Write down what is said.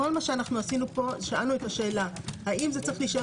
כל מה שעשינו פה שאלנו את השאלה: האם זה צריך להישאר